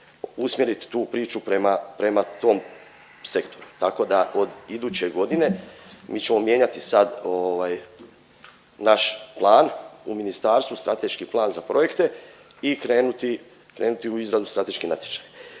usmjerit tu priču prema, prema tom sektoru, tako da od iduće godine, mi ćemo mijenjati sad ovaj naš plan u ministarstvu, strateški plan za projekte i krenuti, krenuti u izradu strateških natječaja.